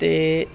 ਅਤੇ